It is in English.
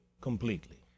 completely